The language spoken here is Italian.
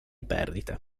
perdite